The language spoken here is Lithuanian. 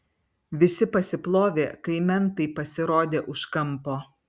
visi pasiplovė kai mentai pasirodė už kampo